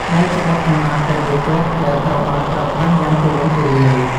ដែលជាបទកំណាព្យតែមួយគត់ដែលត្រូវបានប្រើប្រាស់យ៉ាងទូលំទូលាយ។